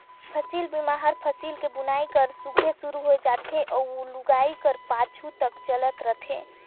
फसिल बीमा हर फसिल कर बुनई कर संघे सुरू होए जाथे अउ लुवई कर पाछू तक चलत रहथे